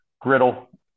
griddle